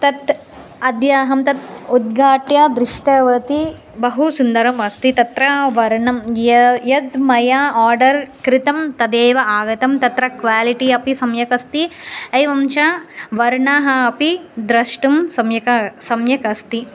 तत् अद्य अहं तत् उद्घाट्य दृष्टवती बहु सुन्दरम् अस्ति तत्र वर्णं यद् मया आर्डर् कृतं तदेव आगतं तत्र क्वालिटि अपि सम्यक् अस्ति एवं च वर्णः अपि द्रष्टुं सम्यक सम्यक् अस्ति